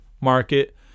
market